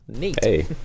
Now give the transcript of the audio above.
Hey